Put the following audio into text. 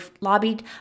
lobbied